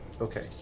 Okay